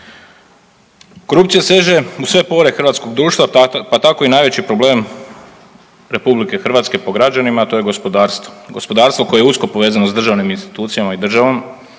Korupcija seže u sve pore hrvatskog društva pa tako i najveći problem RH po građanima a to je gospodarstvo. Gospodarstvo koje je usko povezano s državnim institucijama i državom